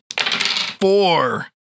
Four